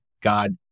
God